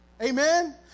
Amen